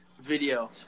video